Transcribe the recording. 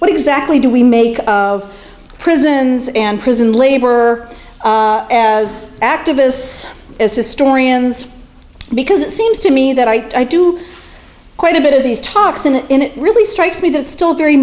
what exactly do we make of prisons and prison labor as activists as historians because it seems to me that i do quite a bit of these talks and it really strikes me that still very